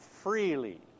freely